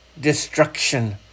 destruction